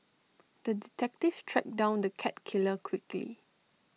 the detective tracked down the cat killer quickly